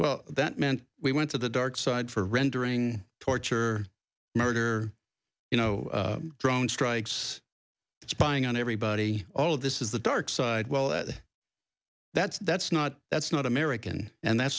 well that meant we went to the dark side for rendering torture murder you know drone strikes spying on everybody all of this is the dark side well that that's that's not that's not american and that's